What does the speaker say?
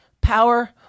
power